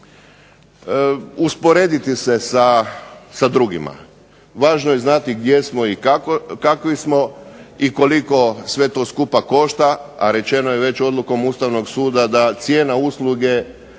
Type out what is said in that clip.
usporediti se sa drugima. Važno je znati gdje smo i kakvi smo i koliko sve to skupa košta, a rečeno je već odlukom Ustavnog suda da cijena usluge